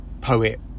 poet